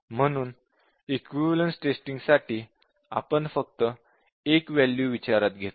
म्हणून equivalence testing साठी आपण फक्त एक वॅल्यू विचारात घेतो